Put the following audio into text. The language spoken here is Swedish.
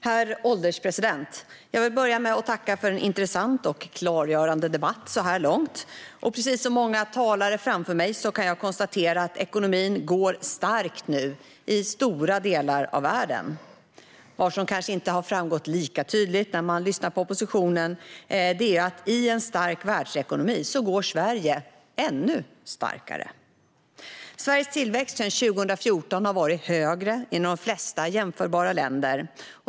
Herr ålderspresident! Jag vill börja med att tacka för en intressant och klargörande debatt, så här långt. Precis som många talare före mig kan jag konstatera att ekonomin nu går starkt i stora delar av världen. Vad som kanske inte har framgått lika tydligt när vi har lyssnat på oppositionen är att i en stark världsekonomi går Sverige ännu starkare. Sveriges tillväxt sedan 2014 har varit högre än i de flesta jämförbara länder.